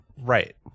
Right